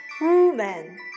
woman